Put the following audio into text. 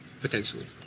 potentially